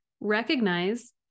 recognize